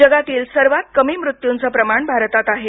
जगातील सर्वांत कमी मृत्यूचं प्रमाण भारतात आहे